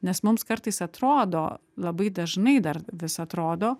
nes mums kartais atrodo labai dažnai dar vis atrodo